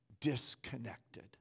disconnected